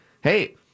hey